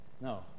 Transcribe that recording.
No